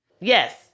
Yes